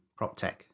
PropTech